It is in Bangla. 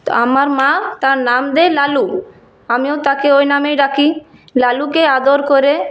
আমার মা তার নাম দেয় লালু আমিও তাকে ওই নামেই ডাকি লালুকে আদর করে